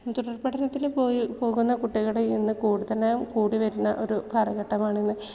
തുടർപഠനത്തിന് പോയി പോകുന്ന കുട്ടികളുടെ ഇന്ന് കൂടുതലും കൂടിവരുന്ന ഒരു കാലഘട്ടമാണ് ഇന്ന്